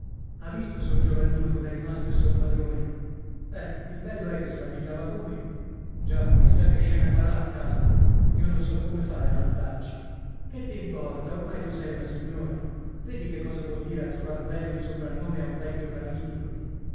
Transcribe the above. ha visto sor giovannino com'è rimasto il sor padrone eh il bello è che se la pigliava con me già chi sa che scena farà a casa io non so come fare a andarci che t'ímporta ormai tu sei una signora vedi che cosa vuol dire a trovar bene un soprannome a un vecchio paralitico